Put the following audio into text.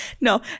no